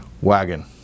wagon